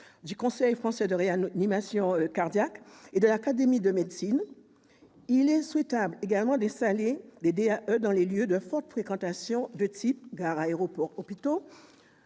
du Conseil français de réanimation cardio-pulmonaire et de l'Académie de médecine, il est souhaitable d'installer des DAE dans des lieux de forte fréquentation, tels que gares, aéroports, hôpitaux,